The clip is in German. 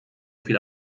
viel